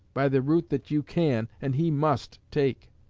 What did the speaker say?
by the route that you can and he must take.